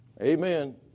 Amen